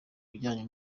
bijyanye